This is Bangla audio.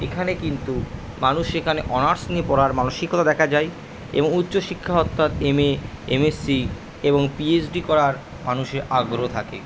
এখানে কিন্তু মানুষ সেখানে অনার্স নিয়ে পড়ার মানসিকতা দেখা যায় এবং উচ্চশিক্ষা অর্থাৎ M A M S C এবং পি এইচ ডি করার মানুষের আগ্রহ থাকে